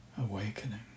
Awakening